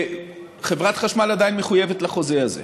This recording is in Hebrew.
וחברת החשמל עדיין מחויבת לחוזה הזה.